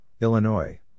Illinois